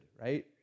right